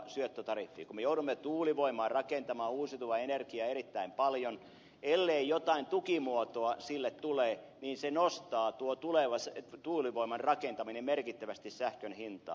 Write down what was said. kun me joudumme tuulivoimaa rakentamaan uusiutuvaa energiaa erittäin paljon ellei jotain tukimuotoa sille tule niin tuo tuleva tuulivoiman rakentaminen nostaa merkittävästi sähkön hintaa